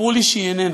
סיפרו לי שהיא איננה.